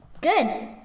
Good